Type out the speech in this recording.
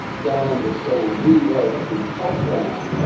don't understand. we wrote in fortran.